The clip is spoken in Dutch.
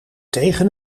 tegen